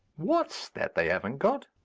what's that they haven't got?